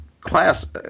class